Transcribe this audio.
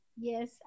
Yes